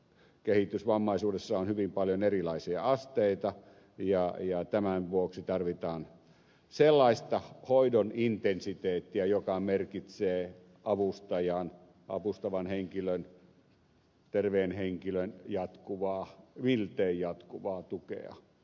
kehitysvammaisuudessa on hyvin paljon erilaisia asteita ja tämän vuoksi tarvitaan sellaista hoidon intensiteettiä joka merkitsee avustajan avustavan henkilön terveen henkilön miltei jatkuvaa tukea